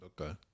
Okay